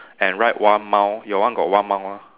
and write one mile your one got one mile ah